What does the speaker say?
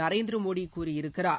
நரேந்திரமோடி கூறியிருக்கிறார்